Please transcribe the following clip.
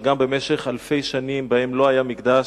שגם במשך אלפי שנים שבהן לא היה מקדש,